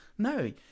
No